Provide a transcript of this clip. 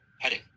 heading